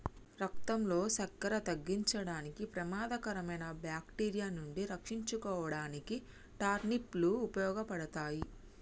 రక్తంలో సక్కెర తగ్గించడానికి, ప్రమాదకరమైన బాక్టీరియా నుండి రక్షించుకోడానికి టర్నిప్ లు ఉపయోగపడతాయి